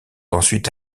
ensuite